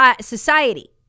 society